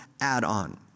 add-on